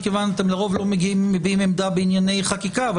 לרוב אתם לא מביעים עמדה בענייני חקיקה אבל